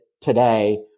today